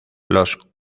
los